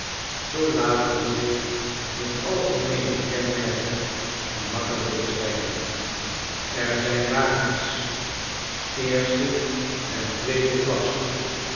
zoo laten zich hun algemeene kenmerken gemakkelijk beschrijven er zijn wagens eerste en tweede klasse